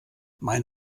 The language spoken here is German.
mein